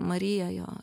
marija jo